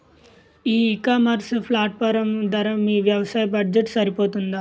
ఈ ecommerce platform ధర మీ వ్యవసాయ బడ్జెట్ సరిపోతుందా?